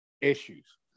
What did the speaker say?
issues